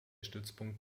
stützpunkt